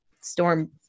Storm